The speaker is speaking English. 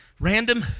Random